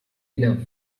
enough